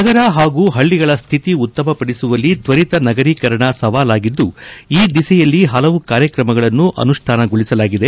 ನಗರ ಹಾಗೂ ಹಳ್ಳಿಗಳ ಸ್ಥಿತಿ ಉತ್ತಮಪದಿಸುವಲ್ಲಿ ತ್ವರಿತ ನಗರೀಕರಣ ಸವಾಲಾಗಿದ್ದು ಈ ದಿಸೆಯಲ್ಲಿ ಹಲವು ಕಾರ್ಯಕ್ರಮಗಳನ್ನು ಅನುಷ್ಟಾನಗೊಳಿಸಲಾಗಿದೆ